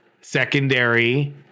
secondary